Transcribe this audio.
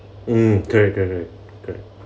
mm correct correct correct correct